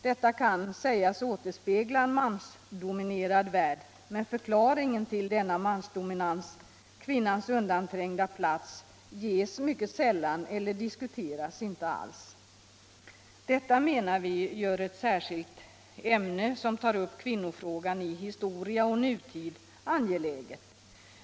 Detta kan sägas återspegla en mansdominerad värld, men förklaringen till denna mansdominans och kvinnans undanträngda plats ges mycket sällan eller diskuteras inte alls: Vi anser att detta gör ett särskilt ämne som tar upp kvinnofrågan i historia och nutid angeläget.